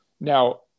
Now